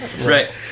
Right